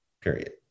period